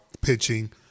pitching